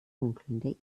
funkelnde